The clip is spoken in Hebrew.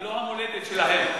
היא לא המולדת שלהם.